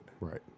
Right